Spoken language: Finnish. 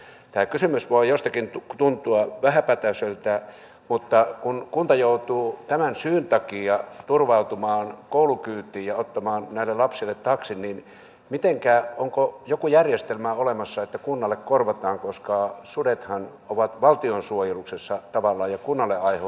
tämä kysymys voi jostakin tuntua vähäpätöiseltä mutta kun kunta joutuu tämän syyn takia turvautumaan koulukyytiin ja ottamaan näille lapsille taksin niin onko joku järjestelmä olemassa että kunnalle korvataan koska sudethan ovat valtion suojeluksessa tavallaan ja kunnalle aiheutuu ikään kuin pedoista vahinko